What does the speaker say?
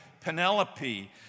Penelope